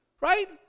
right